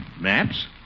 maps